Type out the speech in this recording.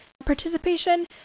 participation